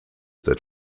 that